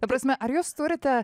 ta prasme ar jūs turite